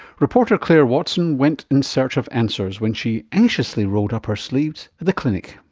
reporter clare watson went in search of answers when she anxiously rolled up her sleeves at the clinic.